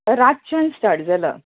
रातच्यान start जाला